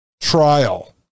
trial